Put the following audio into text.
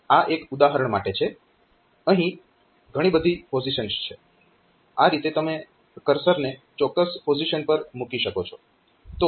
આ એક ઉદાહરણ માટે છે અહીં ઘણી બધી પોઝીશન્સ છે આ રીતે તમે કર્સરને ચોક્કસ પોઝીશન પર મૂકી શકો છો